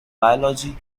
biology